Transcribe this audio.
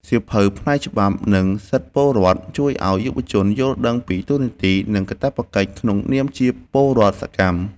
សៀវភៅផ្នែក ច្បាប់ និងសិទ្ធិពលរដ្ឋ ជួយឱ្យយុវជនយល់ដឹងពីតួនាទី និងកាតព្វកិច្ចក្នុងនាមជាពលរដ្ឋសកម្ម។